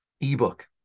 Ebook